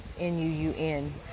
N-U-U-N